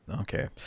Okay